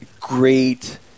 great